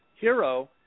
hero